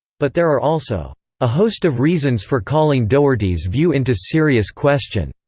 but there are also a host of reasons for calling doherty's view into serious question.